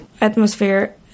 atmosphere